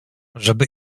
żeby